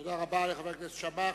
תודה רבה לחבר הכנסת שאמה.